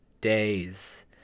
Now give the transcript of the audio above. days